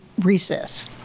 recess